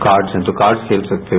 card हैं तो cards खेल सकते हो